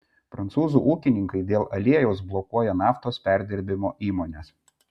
prancūzų ūkininkai dėl aliejaus blokuoja naftos perdirbimo įmones